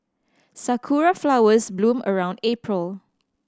sakura flowers bloom around April